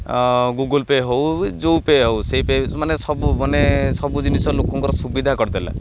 ଆଉ Google pay' ହଉ ଯୋ ପେ' ହଉ ସେଇ ପେ' ମାନେ ସବୁ ମାନେ ସବୁ ଜିନିଷ ଲୋକଙ୍କର ସୁବିଧା କରିଦେଲା